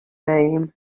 name